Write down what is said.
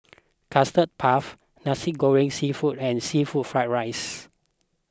Custard Puff Nasi Goreng Seafood and Seafood Fried Rice